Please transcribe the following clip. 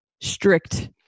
strict